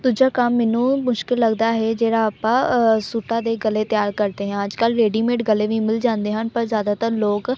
ਦੂਜਾ ਕੰਮ ਮੈਨੂੰ ਮੁਸ਼ਕਿਲ ਲੱਗਦਾ ਹੈ ਜਿਹੜਾ ਆਪਾਂ ਸੂਟਾਂ ਦੇ ਗਲੇ ਤਿਆਰ ਕਰਦੇ ਹਾਂ ਅੱਜ ਕੱਲ ਰੈਡੀਮੇਡ ਗਲੇ ਵੀ ਮਿਲ ਜਾਂਦੇ ਹਨ ਪਰ ਜ਼ਿਆਦਾਤਰ ਲੋਕ